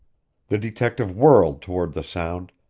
the detective whirled toward the sound,